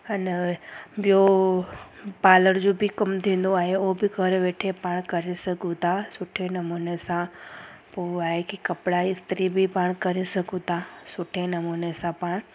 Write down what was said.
इन ॿियो पार्लर जो बि कमु थींदो आहे उहो बि घरु वेठे पाण करे सघूं था सुठे नमूने सां पोइ आहे की कपिड़ा इस्त्री बि पाण करे सघूं था सुठे नमूने सां पाण